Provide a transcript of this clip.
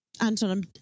Anton